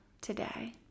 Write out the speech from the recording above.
today